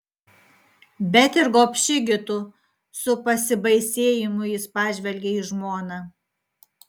bet ir gobši gi tu su pasibaisėjimu jis pažvelgė į žmoną